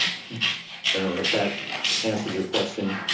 and and that that answers your question.